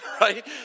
Right